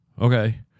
Okay